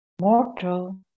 mortal